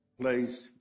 place